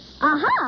Aha